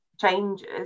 changes